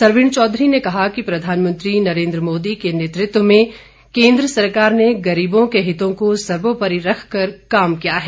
सरवीण चौधरी कहा कि प्रधानमंत्री नरेंद्र मोदी के नेतृत्व में केंद्रीय सरकार ने गरीबों के हितों को सर्वोपरी रखकर काम किया है